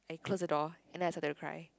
and close the door and then I started to cry